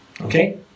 Okay